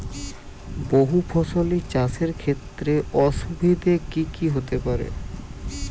বহু ফসলী চাষ এর ক্ষেত্রে অসুবিধে কী কী হতে পারে?